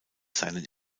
seinen